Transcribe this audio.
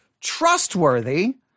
trustworthy